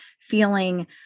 feeling